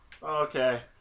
Okay